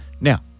Now